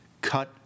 cut